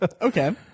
Okay